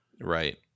Right